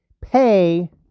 pay